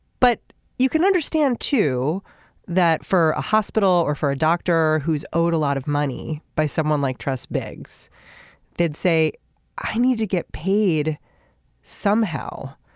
but you can understand too that for a hospital or for a doctor who is owed a lot of money by someone like trust biggs they'd say i need to get paid somehow.